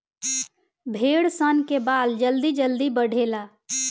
भेड़ सन के बाल जल्दी जल्दी बढ़ेला